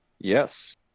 Yes